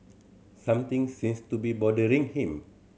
something seems to be bothering him